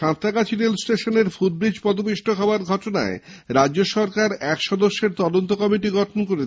সাঁতরাগাছি স্টেশনের ফুটব্রীজে পদপিষ্ট হওয়ার ঘটনায় রাজ্য সরকার এক সদস্যের তদন্ত কমিটি গঠন করেছে